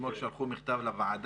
אתמול הם שלחו מכתב לוועדה,